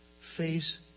face